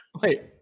Wait